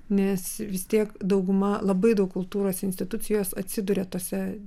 nes vis tiek dauguma labai daug kultūros institucijos atsiduria tose